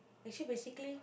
actually basically